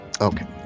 Okay